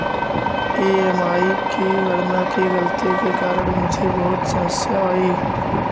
EMI की गणना की गलती के कारण मुझे बहुत समस्या आई